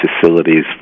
facilities